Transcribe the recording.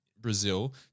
Brazil